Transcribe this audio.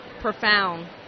profound